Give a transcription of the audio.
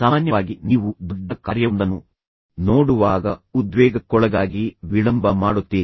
ಸಾಮಾನ್ಯವಾಗಿ ನೀವು ದೊಡ್ಡ ಕಾರ್ಯವೊಂದನ್ನು ನೋಡುವಾಗ ಉದ್ವೇಗಕ್ಕೊಳಗಾಗಿ ವಿಳಂಬ ಮಾಡುತ್ತೀರಿ